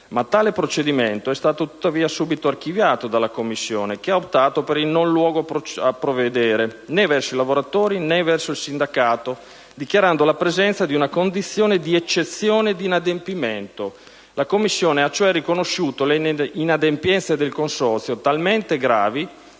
Tale procedimento è stato tuttavia subito archiviato dalla Commissione, che ha optato per il non luogo a provvedere né verso i lavoratori né verso il sindacato, dichiarando la presenza di una condizione di «eccezione di inadempimento». La Commissione ha cioè riconosciuto le inadempienze del consorzio talmente gravi